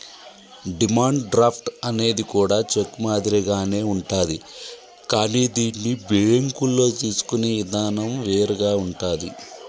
demand draft అనేది కూడా cheque మాదిరిగానే ఉంటాది కానీ దీన్ని బ్యేంకుల్లో తీసుకునే ఇదానం వేరుగా ఉంటాది